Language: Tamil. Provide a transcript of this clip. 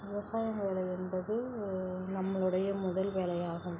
விவசாய வேலை என்பது நம்மளுடைய முதல் வேலையாகும்